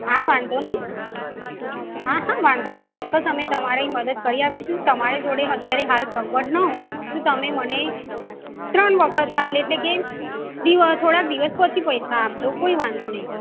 હા વાંધો નહીં હા હા વાંધો નહીં ચોક્કસ અમે તમારી મદદ કરી આપીશું તમારે જોડે અત્યારે હાલ સગવડ ન હોય તમે મને ત્રણ વખત આ એટલે કે દિવ થોડાક દિવસ પછી પૈસા આપજો કોઈ વાંધો નહીં